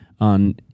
on